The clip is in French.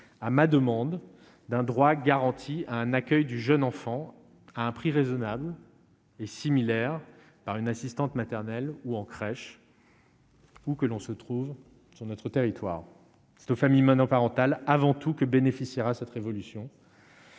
à ma demande d'un droit garanti un accueil du jeune enfant à un prix raisonnable et similaire par une assistante maternelle ou en crèche. Ou que l'on se trouve sur notre territoire, c'est aux familles monoparentales avant tout que bénéficiera cette révolution.